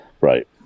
Right